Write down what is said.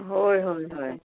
होय होय होय